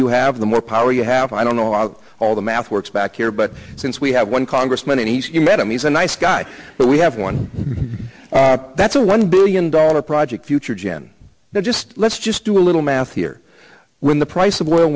you have the more power you have i don't know a lot all the math works back here but since we have one congressman and he's you met him he's a nice guy but we have one that's a one billion dollar project future gen that just let's just do a little math here when the price of oil